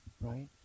right